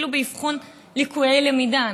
אפילו באבחון ליקויי למידה.